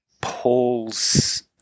Paul's